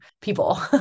people